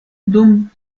dum